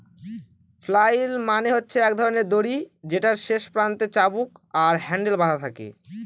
flail মানে হচ্ছে এক ধরনের দড়ি যেটার শেষ প্রান্তে চাবুক আর হ্যান্ডেল বাধা থাকে